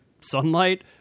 sunlight